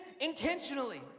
intentionally